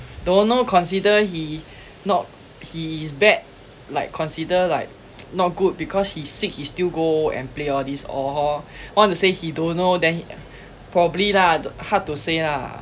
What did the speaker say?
don't know consider he not he is bad like consider like not good because he sick he still go and play all these or or want to say he don't know then probably lah th~ hard to say lah